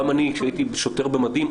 גם כשהייתי שוטר במדים,